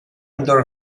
entrò